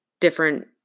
different